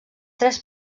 tres